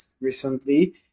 recently